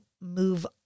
move